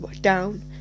down